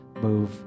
move